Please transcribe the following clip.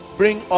bring